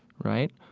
right?